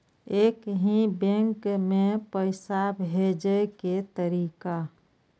एक ही बैंक मे पैसा भेजे के तरीका?